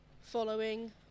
following